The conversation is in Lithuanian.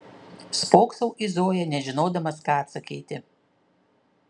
spoksau į zoją nežinodamas ką atsakyti